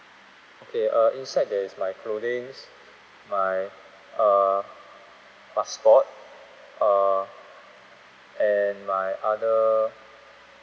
okay uh inside there is my clothings my err passport uh and my other